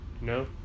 No